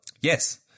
Yes